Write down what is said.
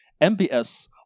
MBS